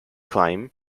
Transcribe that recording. claim